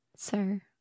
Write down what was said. sir